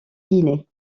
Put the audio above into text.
guinée